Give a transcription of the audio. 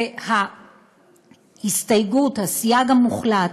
זה ההסתייגות, הסייג המוחלט,